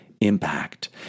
impact